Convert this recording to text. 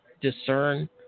discern